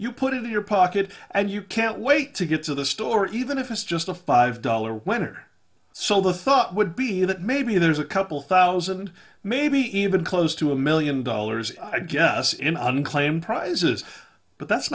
you put it in your pocket and you can't wait to get to the store even if it's just a five dollar winner so the thought would be that maybe there's a couple thousand maybe even close to a million dollars i guess in unclaimed prizes but that's